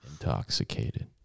intoxicated